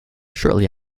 shortly